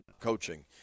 coaching